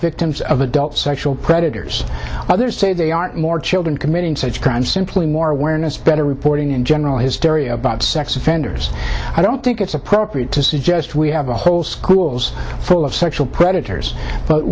victims of adult sexual predators others say they aren't more children committing such crimes simply more awareness better reporting and general hysteria about sex offenders i don't think it's appropriate to suggest we have a whole schools full of sexual predators but